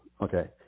Okay